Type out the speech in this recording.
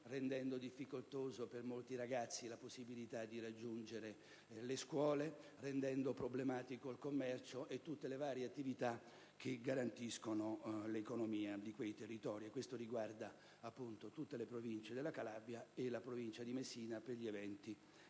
reso difficoltoso per molti ragazzi raggiungere le scuole, ostacolato il commercio e tutte le varie attività che garantiscono l'economia di quei territori. Questo riguarda appunto tutte le Province della Calabria e la Provincia di Messina, per gli eventi